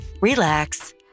relax